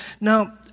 now